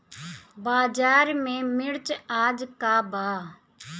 बाजार में मिर्च आज का बा?